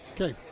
Okay